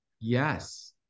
yes